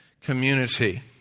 community